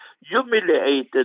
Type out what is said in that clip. Humiliated